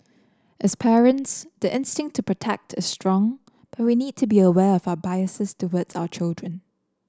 as parents the instinct to protect is strong but we need to be aware of our biases towards our children